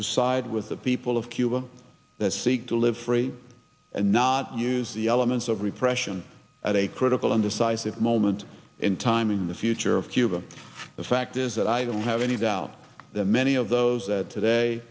to side with the people of cuba that seek to live free and not use the elements of repression at a critical and decisive moment in time in the future of cuba the fact is that i don't have any doubt that many of those that today